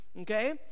Okay